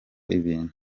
ibintu